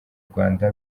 rwanda